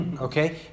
Okay